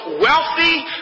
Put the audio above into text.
wealthy